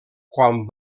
quan